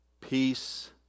peace